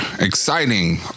exciting